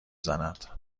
زند